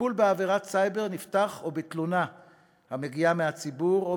הטיפול בעבירת סייבר נפתח או בתלונה המגיעה מהציבור או